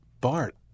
Bart